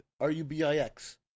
R-U-B-I-X